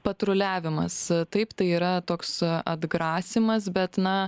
patruliavimas taip tai yra toks atgrasymas bet na